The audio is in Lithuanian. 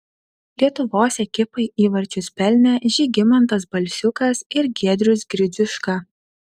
lietuvos ekipai įvarčius pelnė žygimantas balsiukas ir giedrius gridziuška